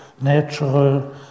natural